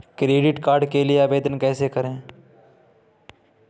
Credit card के लिए आवेदन कैसे करें?